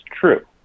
true